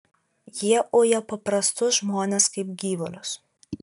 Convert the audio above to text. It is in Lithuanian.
jie uja paprastus žmones kaip gyvulius